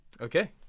okay